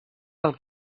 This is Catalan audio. del